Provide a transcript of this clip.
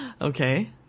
Okay